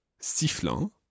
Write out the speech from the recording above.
sifflant